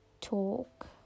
talk